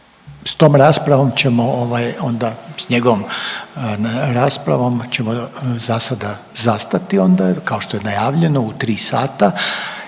s tom raspravom ćemo ovaj onda, s njegovom raspravom ćemo zasada zastati onda kao što je najavljenu u 3 sata